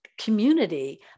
community